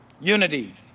unity